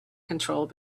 control